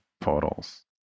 portals